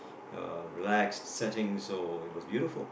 relaxed setting so it was beautiful